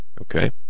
okay